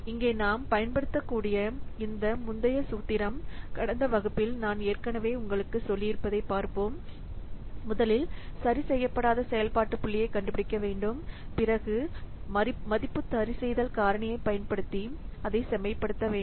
இங்கே நாம் பயன்படுத்தக்கூடிய இந்த முந்தைய சூத்திரம் கடந்த வகுப்பில் நான் ஏற்கனவே உங்களுக்குச் சொல்லியிருப்பதைப் பார்ப்போம் முதலில் சரிசெய்யப்படாத செயல்பாட்டு புள்ளியைக் கண்டுபிடிக்க வேண்டும் பின்னர் மதிப்பு சரிசெய்தல் காரணியைப் பயன்படுத்தி அதைச் செம்மைப்படுத்த வேண்டும்